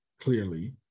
clearly